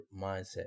mindset